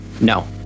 No